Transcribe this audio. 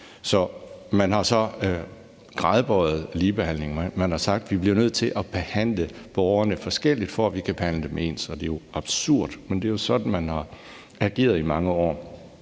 Man har så gradbøjet ligebehandlingen. Man har sagt: Vi bliver nødt til at behandle borgerne forskelligt, for at vi kan behandle dem ens. Det er jo absurd, men det er sådan, man har ageret i mange år.